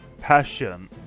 passion